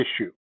issue